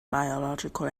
biological